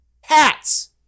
hats